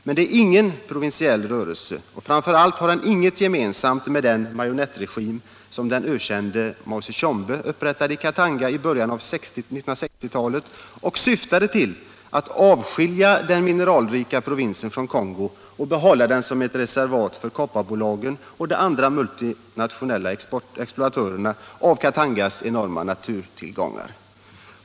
Men den är ingen provinsiell rörelse, och framför allt har den ingenting gemensamt med den marionettregim som den ökände Moise Tshombe upprättade i Katanga i början av 1960-talet och som syftade till att avskilja den mineralrika provinsen från Kongo och behålla den som ett reservat för kopparbolagen och de andra multinationella exploatörerna av Katangas enorma naturtillgångar.